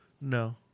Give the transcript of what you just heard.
No